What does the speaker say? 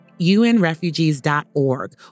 unrefugees.org